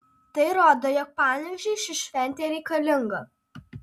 tai rodo jog panevėžiui ši šventė reikalinga